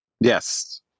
Yes